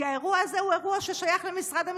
כי האירוע הזה הוא אירוע ששייך למשרד המשפטים.